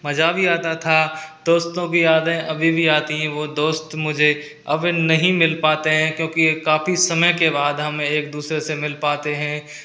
मज़ा भी आता था दोस्तों की यादें अभी भी आती हैं वो दोस्त मुझे अब नहीं मिल पाते हैं क्योंकि काफ़ी समय के बाद हम एक दूसरे से मिल पाते हैं